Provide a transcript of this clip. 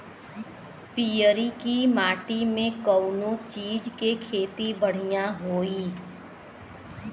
पियरकी माटी मे कउना चीज़ के खेती बढ़ियां होई?